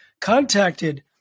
contacted